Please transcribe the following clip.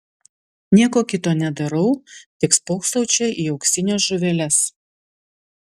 nieko kito nedarau tik spoksau čia į auksines žuveles